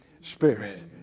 spirit